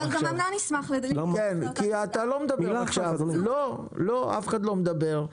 אף אחד לא מדבר.